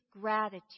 gratitude